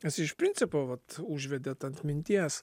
nes iš principo vat užvedėt ant minties